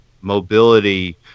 mobility